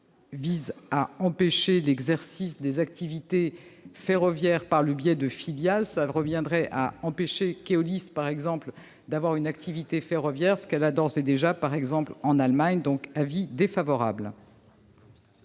vise à empêcher l'exercice des activités ferroviaires par le biais de filiales, ce qui reviendrait à empêcher Keolis, par exemple, d'avoir une activité ferroviaire, ce qu'elle a d'ores et déjà, en Allemagne notamment. L'avis est défavorable.